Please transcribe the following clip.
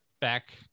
back